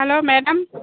hello madam